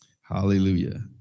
Hallelujah